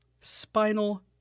spinal